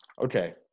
Okay